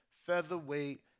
Featherweight